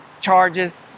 charges